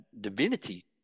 divinity